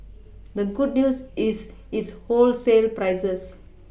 the good news is its wholesale prices